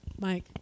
Mike